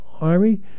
army